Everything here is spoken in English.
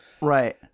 Right